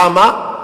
למה?